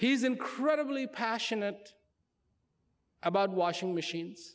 he's incredibly passionate about washing machines